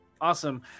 awesome